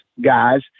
guys